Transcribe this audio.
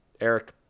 Eric